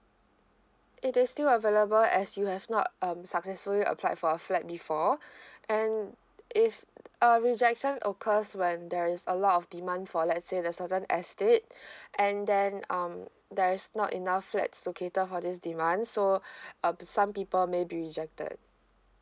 it is still available as you have not um successfully applied for a flat before and if uh rejection occurs when there is a lot of demand for let's say the certain estate and then um there is not enough flats located for this demand so um some people may be rejected